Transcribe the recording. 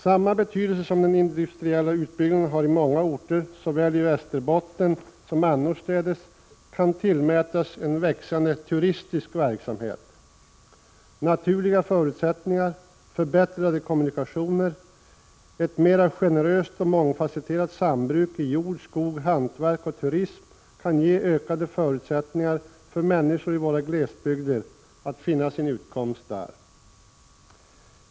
Samma betydelse som den industriella utbyggnaden har i många orter, såväl i Västerbotten som annorstädes, kan en växande turistisk verksamhet tillmätas. Naturliga förutsättningar, förbättrade kommunikationer, ett mera generöst och mångfasetterat sambruk i jord, skog, hantverk och turism kan ge ökade förutsättningar för människorna i våra glesbygder att finna sin utkomst där.